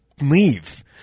leave